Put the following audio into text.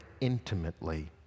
intimately